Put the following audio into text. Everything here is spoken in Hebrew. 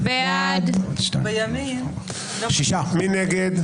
מי נגד?